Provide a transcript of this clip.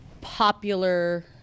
popular